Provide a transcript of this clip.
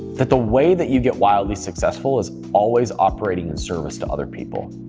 that the way that you get wildly successful is always operating in service to other people.